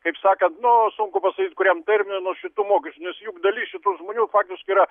kaip sakant nu sunku pasakyt kuriam terminui nuo šitų mokesčių nes juk dalis šitų žmonių faktiškai yra